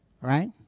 right